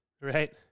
Right